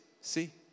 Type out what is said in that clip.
see